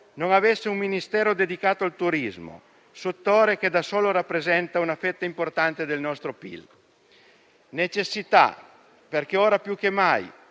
non avesse un Ministero dedicato al turismo, settore che da solo rappresenta una fetta importante del nostro PIL. Parlo anche di necessità perché ora più che mai,